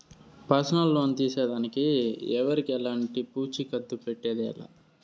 personal loan తీసేదానికి ఎవరికెలంటి పూచీకత్తు పెట్టేదె లా